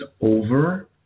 over